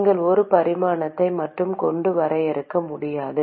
நீங்கள் ஒரு பரிமாணத்தை மட்டும் கொண்டு வரையறுக்க முடியாது